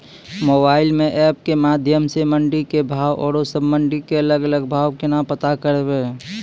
Mobile म app के माध्यम सऽ मंडी के भाव औरो सब मंडी के अलग अलग भाव केना पता करबै?